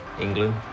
England